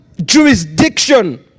jurisdiction